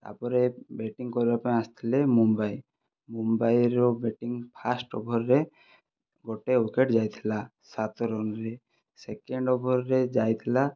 ତାପରେ ବ୍ୟାଟିଂ କରିବା ପାଇଁ ଆସିଥିଲେ ମୁମ୍ବାଇ ମୁମ୍ବାଇର ବ୍ୟାଟିଂ ଫାଷ୍ଟ ଓଭରରେ ଗୋଟିଏ ଉଇକେଟ ଯାଇଥିଲା ସାତ ରନରେ ସେକେଣ୍ଡ ଓଭରରେ ଯାଇଥିଲା